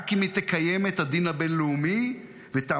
רק אם היא תקיים את הדין הבין-לאומי ותעמוד